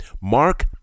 Mark